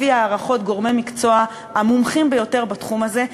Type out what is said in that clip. לפי הערכות גורמי מקצוע המומחים ביותר בתחום הזה,